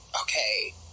okay